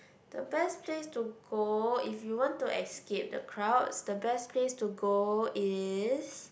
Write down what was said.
the best place to go if you want to escape the crowds the best place to go is